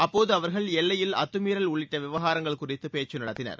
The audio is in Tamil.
அப்போது அவர்கள் எல்லையில் அத்துமீறல் உள்ளிட்ட விவகாரங்கள் குறித்து பேச்சு நடத்தினார்